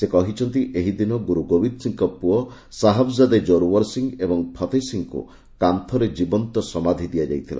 ସେ କହିଛନ୍ତି ଏହିଦିନ ଗୁରୁ ଗୋବିନ୍ଦ ସିଂହଙ୍କ ପୁଅ ସାହବଜାଦେ ଜୋରଓ୍ୱର ସିଂହ ଏବଂ ଫତେହ ସିଂହଙ୍କୁ କାନ୍ଥରେ ଜୀବନ୍ତ ସମାଧି ଦିଆଯାଇଥିଲା